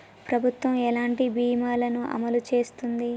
ప్రభుత్వం ఎలాంటి బీమా ల ను అమలు చేస్తుంది?